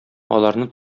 аларны